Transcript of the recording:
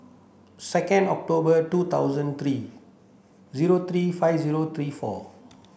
second October two thousand three zero three five zero three four